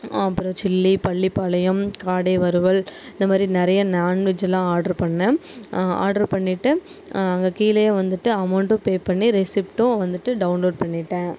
அப்புறம் சில்லி பள்ளிப்பாளையம் காடை வறுவல் இந்த மாதிரி நிறைய நான்வெஜெல்லாம் ஆர்டர் பண்ணிணேன் ஆர்ட்ரு பண்ணிவிட்டு அங்கே கீழேயே வந்துட்டு அமௌண்ட்டும் பே பண்ணி ரெசிப்ட்டும் வந்துட்டு டவுன்லோட் பண்ணிவிட்டேன்